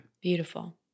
Beautiful